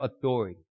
authority